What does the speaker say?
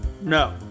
No